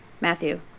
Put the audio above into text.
Matthew